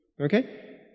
okay